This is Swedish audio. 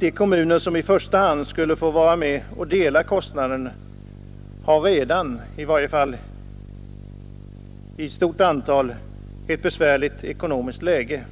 De kommuner som i första hand skulle få vara med och dela kostnaden har redan — i varje fall ett stort antal av dem — ett besvärligt ekonomiskt läge.